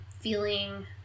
feeling